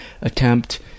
attempt